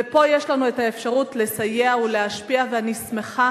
ופה יש לנו האפשרות לסייע ולהשפיע, ואני שמחה